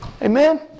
Amen